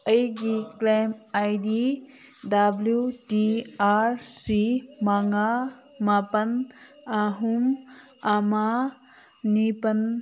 ꯑꯩꯒꯤ claim I D W T R C ꯃꯉꯥ ꯃꯥꯄꯜ ꯑꯍꯨꯝ ꯑꯃ ꯅꯤꯄꯥꯜ